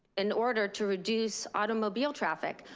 in order to reduce automobile traffic.